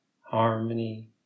harmony